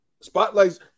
spotlight's